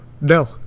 No